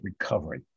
Recovery